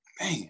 man